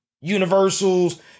Universal's